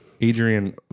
adrian